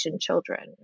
children